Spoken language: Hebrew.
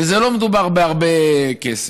ולא מדובר בהרבה כסף.